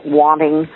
wanting